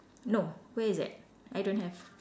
no where is that I don't have